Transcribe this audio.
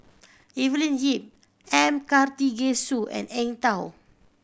Evelyn Lip M Karthigesu and Eng Tow